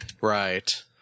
Right